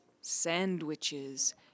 sandwiches